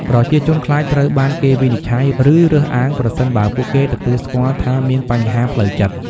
ប្រជាជនខ្លាចត្រូវបានគេវិនិច្ឆ័យ ឬរើសអើងប្រសិនបើពួកគេទទួលស្គាល់ថាមានបញ្ហាផ្លូវចិត្ត។